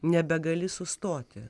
nebegali sustoti